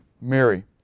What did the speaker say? Mary